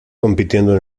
compitiendo